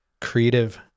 creative